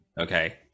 okay